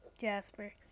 Jasper